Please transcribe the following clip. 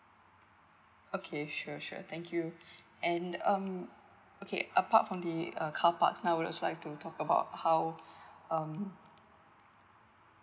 okay sure sure thank you and um okay apart from the uh carpark now I'd also like to talk about how um